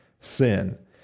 sin